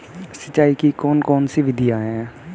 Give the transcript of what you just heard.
सिंचाई की कौन कौन सी विधियां हैं?